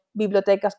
bibliotecas